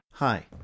Hi